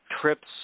trips